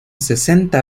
sesenta